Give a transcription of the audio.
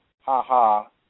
Ha-ha